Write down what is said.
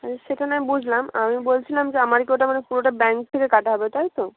আরে সেটা নয় বুঝলাম আমি বলছিলাম যে আমার কি ওটা মানে পুরোটা ব্যাংক থেকে কাটা হবে তাই তো